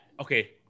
Okay